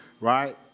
right